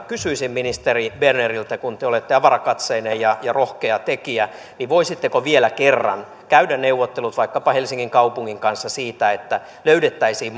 kysyisin ministeri berneriltä kun te olette avarakatseinen ja rohkea tekijä voisitteko vielä kerran käydä neuvottelut vaikkapa helsingin kaupungin kanssa siitä että löydettäisiin